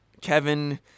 Kevin